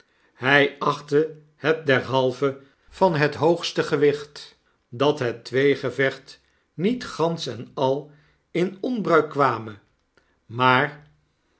hy achtte het derhalve van het hoogste gewicht dat het tweegevecht niet gansch en al in onbruik kwame maar